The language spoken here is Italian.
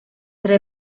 tra